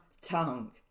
tongue